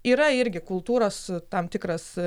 yra irgi kultūros tam tikras